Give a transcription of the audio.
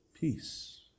Peace